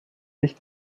nicht